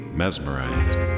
mesmerized